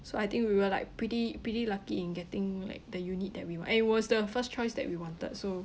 so I think we were like pretty pretty lucky in getting like the unit that we want and it was the first choice that we wanted so